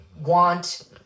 want